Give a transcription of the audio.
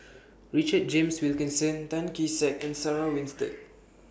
Richard James Wilkinson Tan Kee Sek and Sarah Winstedt